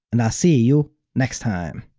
and i'll see you next time!